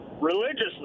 religiously